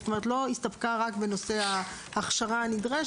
זאת אומרת היא לא הסתפקה רק בנושא ההכשרה הנדרשת,